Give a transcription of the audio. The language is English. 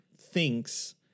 thinks